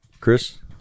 Chris